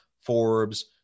Forbes